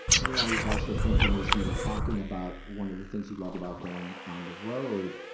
you know, i was also thinking, as you were talking about one of the things you love about going on the road,